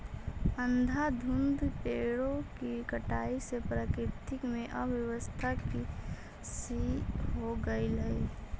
अंधाधुंध पेड़ों की कटाई से प्रकृति में अव्यवस्था सी हो गईल हई